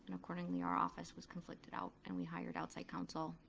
and accordingly our office was conflicted out and we hired outside council,